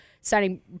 signing